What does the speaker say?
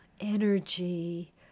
energy